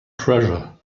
treasure